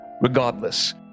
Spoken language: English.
Regardless